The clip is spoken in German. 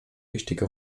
wichtige